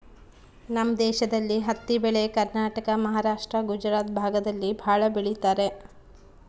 ನಮ್ ದೇಶದಲ್ಲಿ ಹತ್ತಿ ಬೆಳೆ ಕರ್ನಾಟಕ ಮಹಾರಾಷ್ಟ್ರ ಗುಜರಾತ್ ಭಾಗದಲ್ಲಿ ಭಾಳ ಬೆಳಿತರೆ